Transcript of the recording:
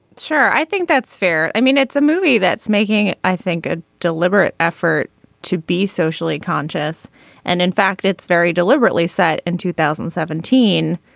sure i think that's fair. i mean it's a movie that's making i think a deliberate effort to be socially conscious and in fact it's very deliberately set in two thousand and seventeen.